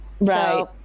Right